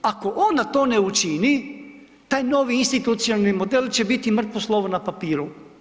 Ako ona to ne učini, taj novi institucionalni model će biti mrtvo slovo na papiru.